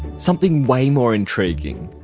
something way more intriguing.